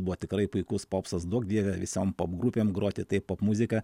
buvo tikrai puikus popsas duok dieve visom pop gupėm groti tai popmuziką